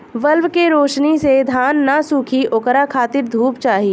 bulb के रौशनी से धान न सुखी ओकरा खातिर धूप चाही